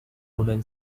woman